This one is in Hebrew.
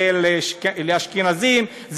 זה לאשכנזים,